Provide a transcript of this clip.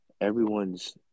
everyone's